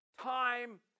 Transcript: time